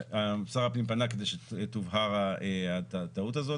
שר הפנים פנה כדי שתובהר הטעות הזאת.